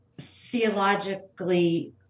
theologically